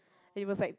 and it was at